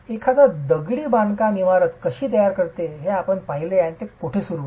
एखादा दगडी बांधकामइमारत कशी तयार करते ते आपण पाहिले आहे तो कोठे सुरू होतो